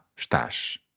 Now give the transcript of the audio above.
estás